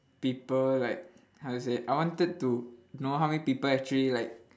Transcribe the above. people like how to say I wanted to know how many people actually like